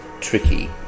tricky